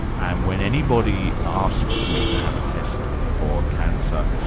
and when anybody asks me to have a test for cancer,